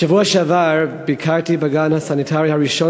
בשבוע שעבר ביקרתי בגן הסטרילי הראשון